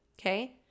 okay